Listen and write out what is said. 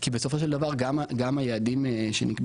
כי בסופו של דבר גם היעדים שנקבעו,